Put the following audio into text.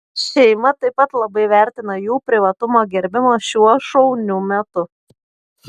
šeima taip pat labai vertina jų privatumo gerbimą šiuo šauniu metu